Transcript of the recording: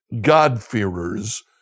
God-fearers